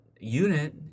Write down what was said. unit